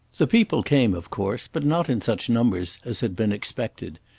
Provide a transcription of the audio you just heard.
the people came of course, but not in such numbers as had been expected.